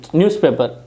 newspaper